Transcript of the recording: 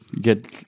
get